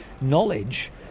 knowledge